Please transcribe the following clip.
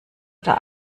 oder